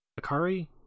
Akari